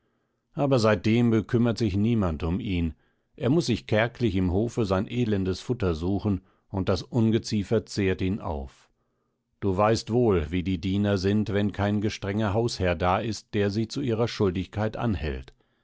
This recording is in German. aber seitdem bekümmert sich niemand um ihn er muß sich kärglich im hofe sein elendes futter suchen und das ungeziefer zehrt ihn auf du weißt wohl wie die diener sind wenn kein gestrenger hausherr da ist der sie zu ihrer schuldigkeit anhält